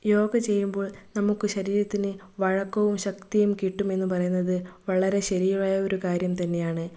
യോഗ ചെയ്യുമ്പോൾ നമുക്ക് ശരീരത്തിന് വഴക്കവും ശക്തിയും കിട്ടുമെന്ന് പറയുന്നത് വളരെ ശരിയായ ഒരു കാര്യം തന്നെയാണ്